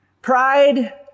Pride